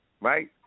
right